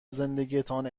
زندگیتان